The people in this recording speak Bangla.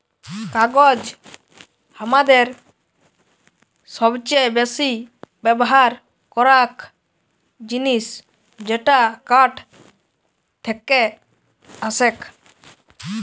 কাগজ হামাদের সবচে বেসি ব্যবহার করাক জিনিস যেটা কাঠ থেক্কে আসেক